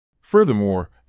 Furthermore